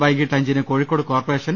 വൈകീട്ട് അഞ്ചിന് Kozhikode corporation E